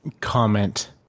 comment